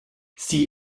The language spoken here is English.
see